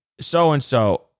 so-and-so